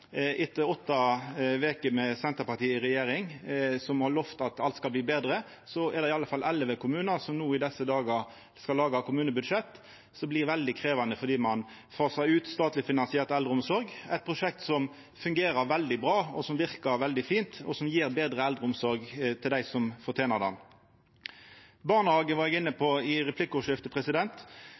etter åtte veker med Senterpartiet i regjering, som har lovt at alt skal bli betre. Det er iallfall elleve kommunar som i desse dagar skal laga kommunebudsjett som blir veldig krevjande fordi ein fasar ut statleg finansiert eldreomsorg – eit prosjekt som fungerer veldig bra, og som verkar veldig fint, og som gjev betre eldreomsorg til dei som fortener det. Barnehagar var eg inne på i